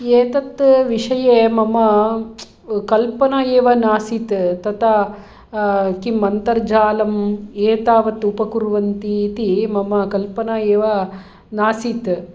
एतत् विषये मम कल्पना एव नासीत् तता किम् अन्तर्जालम् एतावत् उपकुर्वन्ति इति मम कल्पना एव नासीत्